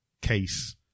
case